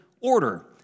order